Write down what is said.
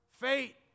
fate